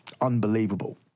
unbelievable